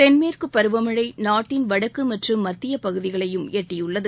தென்மேற்கு பருவமழை நாட்டின் வடக்கு மற்றும் மத்திய பகுதிகளையும் எட்டியுள்ளது